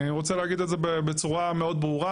אני רוצה להגיד את זה בצורה מאוד ברורה,